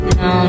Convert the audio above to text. no